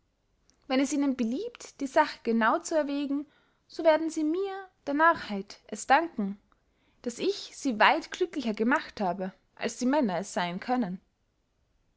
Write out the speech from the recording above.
wenn es ihnen beliebt die sache genau zu erwägen so werden sie mir der narrheit es danken daß ich sie weit glücklicher gemacht habe als die männer es seyn können